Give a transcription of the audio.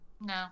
No